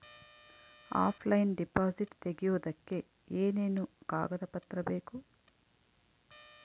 Offline deposit ತೆಗಿಯೋದಕ್ಕೆ ಏನೇನು ಕಾಗದ ಪತ್ರ ಬೇಕು?